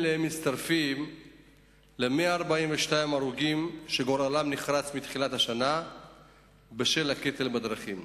אלה מצטרפים ל-142 הרוגים מתחילת השנה שגורלם נחרץ בשל הקטל בדרכים.